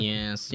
Yes